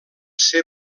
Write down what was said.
ser